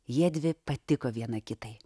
jiedvi patiko viena kitai